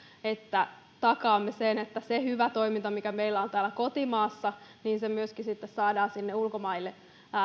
että takaamme sen että se hyvä toiminta mikä meillä on täällä kotimaassa myöskin saadaan ulkomaille